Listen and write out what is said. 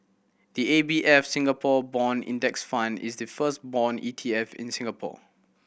the A B F Singapore Bond Index Fund is the first bond E T F in Singapore